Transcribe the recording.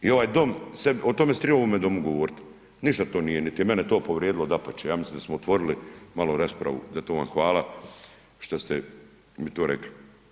I ovaj Dom, o tome se treba u ovome Domu govoriti, ništa to nije niti je to mene povrijedilo, dapače, ja smislim da smo otvorili malo raspravu i zato vam hvala što ste mi to rekli.